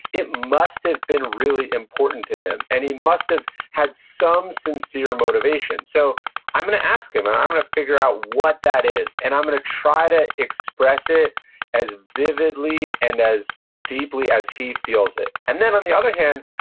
it must have been really important to him, and he must've had some sincere motivation. so i'm going to ask him, and i'm going to figure out what that is, and i'm going to try to express it as vividly and as deeply as he feels it and then on the other hand,